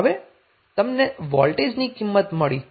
તો હવે તમને વોલ્ટેજની કિંમત મળી